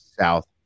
South